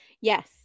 yes